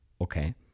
okay